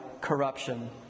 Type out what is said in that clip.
corruption